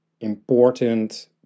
important